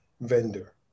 vendor